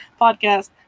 podcast